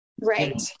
Right